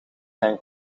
zijn